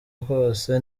kose